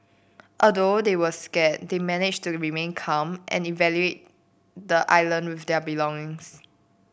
although they were scared they managed to remain calm and evacuate the island with their belongings